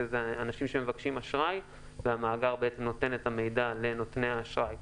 שזה אנשים שמבקשים אשראי והמאגר נותן את המידע לנותני האשראי,